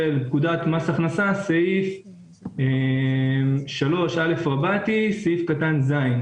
מס הכנסה סעיף 3א רבתי, סעיף קטן ז.